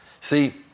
See